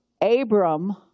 Abram